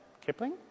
Kipling